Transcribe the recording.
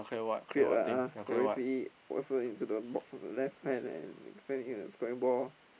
cleared uh uh Torres also into the box on the left-hand and in the ball